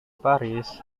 paris